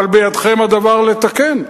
אבל בידכם הדבר לתקן,